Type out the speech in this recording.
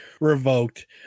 revoked